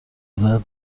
زدما